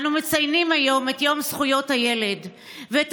אנו מציינים היום את יום זכויות הילד ואת